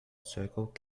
circle